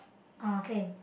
uh same